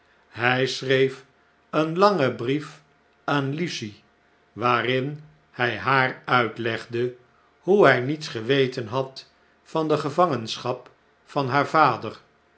hij schreef een langen brief aan lucie waarin hij haar uitlegde hoe hij niets geweten had van de gevangenschap van haar vader